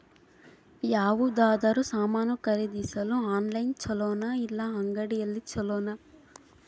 ಯಾವುದಾದರೂ ಸಾಮಾನು ಖರೇದಿಸಲು ಆನ್ಲೈನ್ ಛೊಲೊನಾ ಇಲ್ಲ ಅಂಗಡಿಯಲ್ಲಿ ಛೊಲೊನಾ?